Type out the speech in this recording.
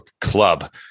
club